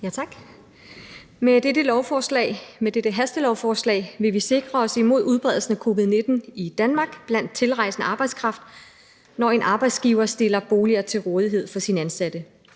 Tak. Med dette hastelovforslag vil vi sikre os imod udbredelsen af covid-19 i Danmark blandt tilrejsende arbejdskraft, når arbejdsgivere stiller bolig til rådighed for ansatte.